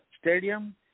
stadium